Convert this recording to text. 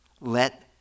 Let